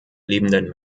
lebenden